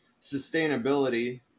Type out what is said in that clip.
sustainability